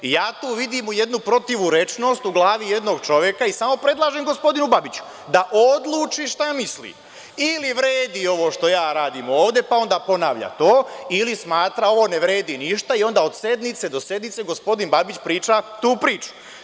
Ja tu vidim jednu protivurečnost, u glavi jednog čoveka i samo predlažem gospodinu Babiću da odluči šta misli ili vredi što ja radim ovde pa onda ponavlja to, ili smatra, ovo ne vredi ništa, i onda od sednice do sednice, gospodin Babić, priča tu priču.